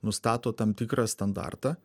nustato tam tikrą standartą